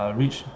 reach